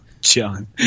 John